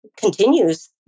continues